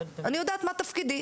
אני יודעת מה תפקידי.